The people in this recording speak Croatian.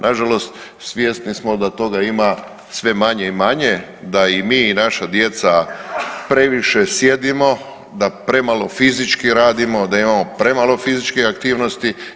Nažalost, svjesni smo da toga ima sve manje i manje, da i mi i naša djeca previše sjedimo, da premalo fizički radimo, da imamo premalo fizičke aktivnosti.